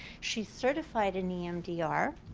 she's certified in emdr,